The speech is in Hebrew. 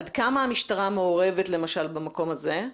עד כמה המשטרה מעורבת למשל במקום הזה?